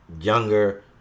younger